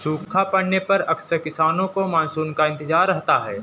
सूखा पड़ने पर अक्सर किसानों को मानसून का इंतजार रहता है